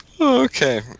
Okay